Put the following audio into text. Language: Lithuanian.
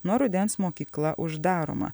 nuo rudens mokykla uždaroma